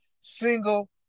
single